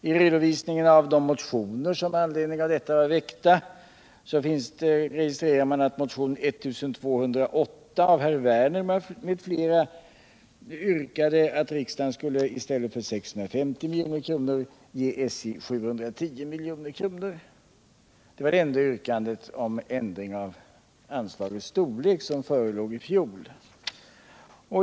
I redovisningen av de motioner som väcktes med anledning av propositionen registrerar man att motionen 1208 av herr Werner m.fl. yrkade att riksdagen i stället för 650 milj.kr. skulle ge SJ 710 milj.kr. Det var det enda yrkandet om ändring av anslagets storlek som förelåg i fjol.